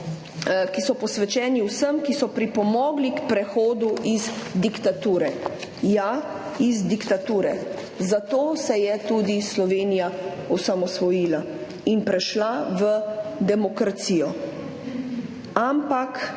ki so posvečeni vsem, ki so pripomogli k prehodu iz diktature. Ja, iz diktature. Zato se je tudi Slovenija osamosvojila in prešla v demokracijo. Ampak